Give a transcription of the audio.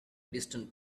distant